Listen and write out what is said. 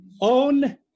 own